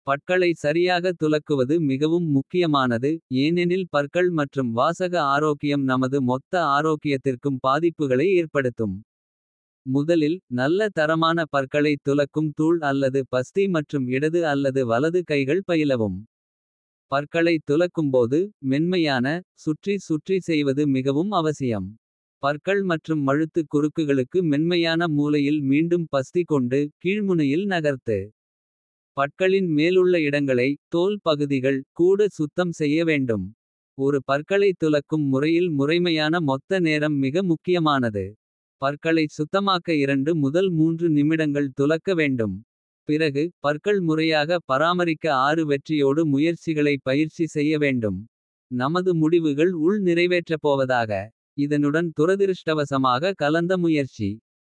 பற்களை சரியாக துலக்குவது மிகவும் முக்கியமானது. ஏனெனில் பற்கள் மற்றும் வாசக ஆரோக்கியம் நமது. மொத்த ஆரோக்கியத்திற்கும் பாதிப்புகளை ஏற்படுத்தும். முதலில் நல்ல தரமான பற்களைத் துலக்கும் தூள். அல்லது பஸ்தி மற்றும் இடது அல்லது வலது கைகள் பயிலவும். பற்களைத் துலக்கும்போது மென்மையான. சுற்றி சுற்றி செய்வது மிகவும் அவசியம. பற்கள் மற்றும் மழுத்துக் குறுக்குகளுக்கு மென்மையான. மூலையில் மீண்டும் பஸ்தி கொண்டு கீழ்முனையில் நகர்த்து. பற்களின் மேலுள்ள இடங்களை (தோல் பகுதிகள். கூட சுத்தம் செய்ய வேண்டும்.ஒரு பற்களைத் துலக்கும். முறையில் முறைமையான மொத்த நேரம் மிக முக்கியமானது. பற்களைச் சுத்தமாக்க முதல் நிமிடங்கள் துலக்க வேண்டும். பிறகு பற்கள் முறையாக பராமரிக்க ஆறு வெற்றியோடு. முயற்சிகளை பயிற்சி செய்ய வேண்டும். நமது முடிவுகள் உள் நிறைவேற்றப்போவதாக. இதனுடன் துரதிருஷ்டவசமாக கலந்த முயற்சி.